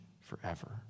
forever